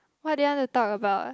what do you want to talk about